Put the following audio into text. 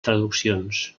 traduccions